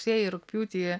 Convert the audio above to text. rugsėjį rugpjūtį